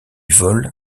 vol